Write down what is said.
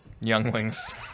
Younglings